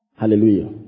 Hallelujah